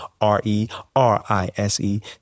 R-E-R-I-S-E